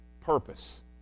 purpose